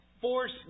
force